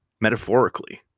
metaphorically